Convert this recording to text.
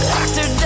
Doctor